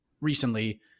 recently